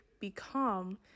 become